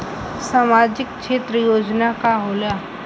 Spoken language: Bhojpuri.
सामाजिक क्षेत्र योजना का होला?